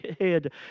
head